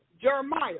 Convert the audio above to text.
Jeremiah